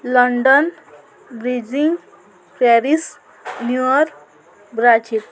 London Beijing Paris New York Brazil